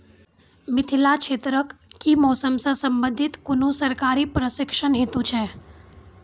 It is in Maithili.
मिथिला क्षेत्रक कि मौसम से संबंधित कुनू सरकारी प्रशिक्षण हेतु छै?